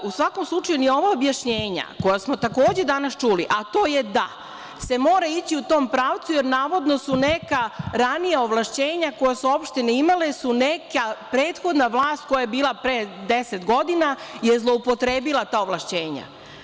U svakom slučaju, ni ova objašnjenja koja smo takođe danas čuli, a to je da se mora ići u tom pravcu jer navodno su neka ranija ovlašćenja koja su opštine imale su neka prethodna vlast koja je bila pre 10 godina je zloupotrebila ta ovlašćenja.